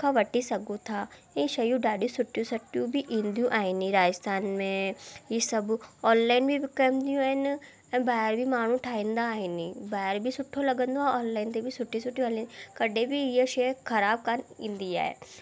में वठी सघूं था इहे शयूं ॾाढियूं सुठियूं सुठियूं बि ईंदियूं आहिनि राजस्थान में ऑनलाइन बि विकिणिंदियूं आहिनि ऐं ॿाहिरि बि माण्हू ठाहींदा आहिनि ॿाहिरि बि सुठो लॻंदो आहे ऑनलाइन ते बि सुठी सुठी कॾहिं बि इहा शइ ख़राबु कान ईंदी आहे